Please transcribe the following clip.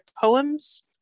poems